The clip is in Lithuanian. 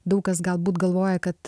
daug kas galbūt galvoja kad